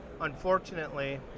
Unfortunately